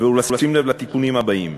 ולשים לב לתיקונים הבאים: